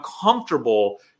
comfortable